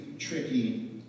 tricky